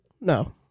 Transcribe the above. No